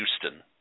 Houston